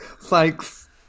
Thanks